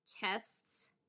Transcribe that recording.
tests